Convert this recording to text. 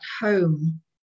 home